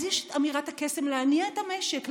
אז יש את אמירת הקסם: להניע את המשק.